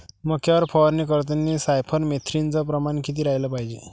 मक्यावर फवारनी करतांनी सायफर मेथ्रीनचं प्रमान किती रायलं पायजे?